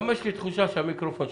(נגיף הקורונה החדש,